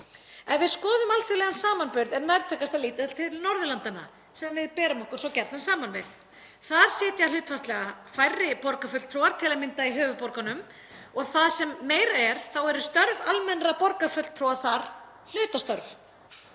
Ef við skoðum alþjóðlegan samanburð er nærtækast að líta til Norðurlandanna sem við berum okkur svo gjarnan saman við. Þar sitja hlutfallslega færri borgarfulltrúar til að mynda í höfuðborgunum og það sem meira er, störf almennra borgarfulltrúa þar eru hlutastörf.